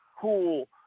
cool